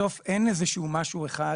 בסוף, אין איזשהו משהו אחד